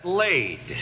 laid